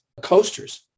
coasters